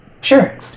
Sure